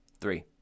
Three